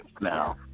now